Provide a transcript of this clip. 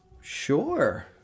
Sure